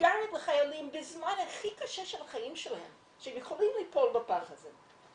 סיגריות לחיילים בזמן הכי קשה של החיים שלהם שהם יכולים ליפול בפח הזה.